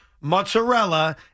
mozzarella